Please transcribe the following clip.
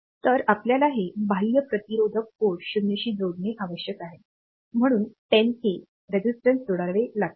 तर आपल्याला हे बाह्य प्रतिरोधक पोर्ट 0 शी जोडणे आवश्यक आहे म्हणून 10 k प्रतिरोधक जोडावे लागतील